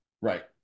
right